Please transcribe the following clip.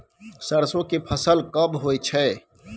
सरसो के फसल कब होय छै?